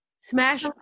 Smash